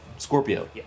Scorpio